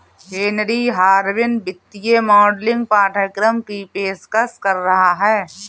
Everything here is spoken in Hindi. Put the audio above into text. हेनरी हार्विन वित्तीय मॉडलिंग पाठ्यक्रम की पेशकश कर रहा हैं